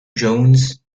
jones